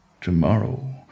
Tomorrow